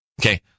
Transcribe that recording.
Okay